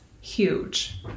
huge